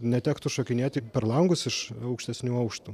netektų šokinėti per langus iš aukštesnių aukštų